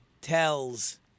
tells